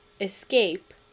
Escape